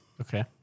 Okay